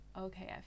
okay